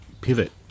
pivot